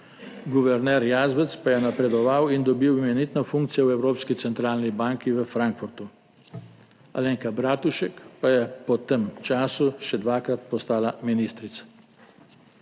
guverner Jazbec pa je napredoval in dobil imenitno funkcijo v Evropski centralni banki v Frankfurtu, Alenka Bratušek pa je po tem času še dvakrat postala ministrica.